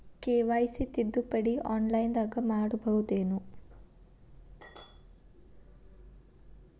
KYC ತಿದ್ದುಪಡಿ ಆನ್ಲೈನದಾಗ್ ಮಾಡ್ಬಹುದೇನು?